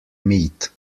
meat